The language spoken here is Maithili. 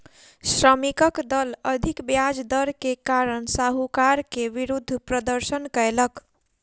श्रमिकक दल अधिक ब्याज दर के कारण साहूकार के विरुद्ध प्रदर्शन कयलक